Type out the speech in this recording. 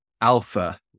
alpha